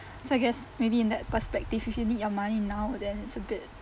so I guess maybe in that perspective if you need your money now then it's a bit